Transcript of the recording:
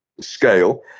scale